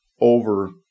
over